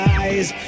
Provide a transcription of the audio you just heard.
eyes